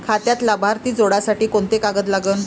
खात्यात लाभार्थी जोडासाठी कोंते कागद लागन?